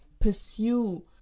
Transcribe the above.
pursue